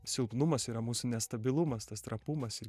silpnumas yra mūsų nestabilumas tas trapumas ir